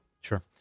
Sure